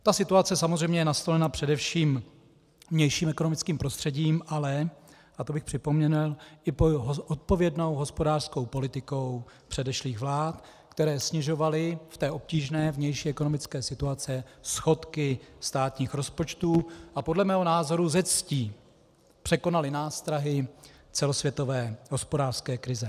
Ta situace je samozřejmě nastolena především vnějším ekonomickým prostředím, ale i a to bych připomněl odpovědnou hospodářskou politikou předešlých vlád, které snižovaly v obtížné vnější ekonomické situaci schodky státních rozpočtů a podle mého názoru se ctí překonaly nástrahy celosvětové hospodářské krize.